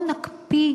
בואו נקפיא